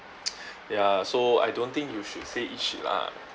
ya so I don't think you should say eat shit lah